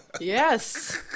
Yes